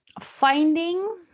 finding